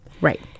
Right